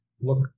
look